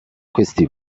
questi